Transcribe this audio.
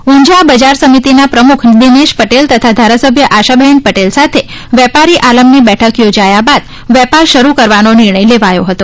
ઊંઝા બજાર સમિતિના પ્રમુખ દિનેશ પટેલ તથા ધારાસભ્ય આશાબહેન પટેલ સાથે વેપારી આલમની બેઠક યોજાયા બાદ વેપાર શરૂ કરવાનો નિર્ણય લેવાયો હતો